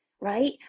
right